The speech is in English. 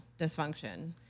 dysfunction